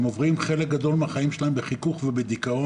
הם עוברים חלק גדול מן החיים שלהם בחיכוך ובדיכאון,